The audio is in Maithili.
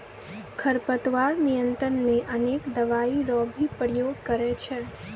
खरपतवार नियंत्रण मे अनेक दवाई रो भी प्रयोग करे छै